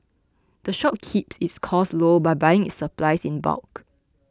the shop keeps its costs low by buying its supplies in bulk